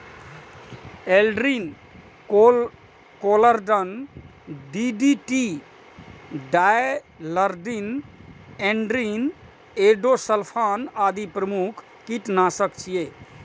Aldrin, chlordane, DDT, dieldrin, endrin, endosulfan आदि प्रमुख कीटनाशक छियै